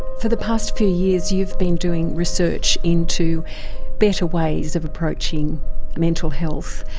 for the past few years you've been doing research into better ways of approaching mental health.